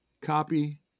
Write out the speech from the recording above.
copy